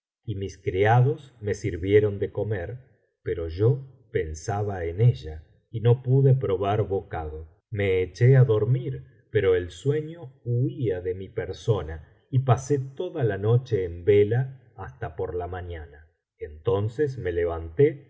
y mis criados me sirvieron de comer pero yo pensaba en ella y no pude probar bocado me echó á tomo ii biblioteca valenciana generalitat valenciana iso las mil noches y una noche dormir pero el sueño huía de mi persona y pasé toda la noche eti vela hasta por la mañana entonces me levanté